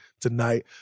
tonight